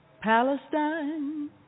Palestine